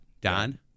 Don